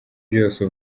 byose